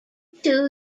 two